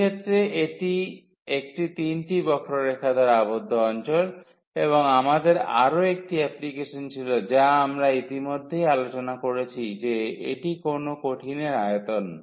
এই ক্ষেত্রে এটি একটি তিনটি বক্ররেখা দ্বারা আবদ্ধ অঞ্চল এবং আমাদের আরও একটি অ্যাপ্লিকেশন ছিল যা আমরা ইতিমধ্যেই আলোচনা করেছি যে এটি কোন কঠিনের আয়তন